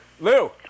Lou